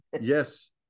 Yes